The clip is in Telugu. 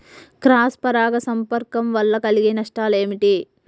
క్రాస్ పరాగ సంపర్కం వల్ల కలిగే నష్టాలు ఏమిటి?